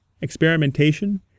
experimentation